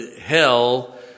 hell